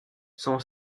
son